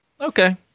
Okay